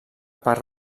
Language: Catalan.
per